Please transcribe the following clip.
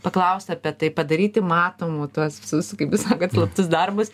paklaust apie tai padaryti matomu tuos visus kaip jūs sakot slaptus darbus